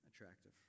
attractive